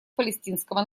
палестинского